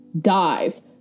dies